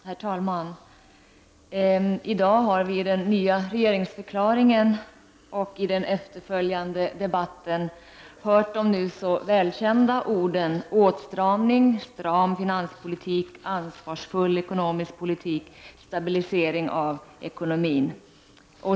Herr talman! I dag har vi i den nya regeringsförklaringen och den efterföljande debatten hört de nu så välkända orden åtstramning, stram finanspolitik, ansvarsfull ekonomisk politik och stabilisering av ekonomin.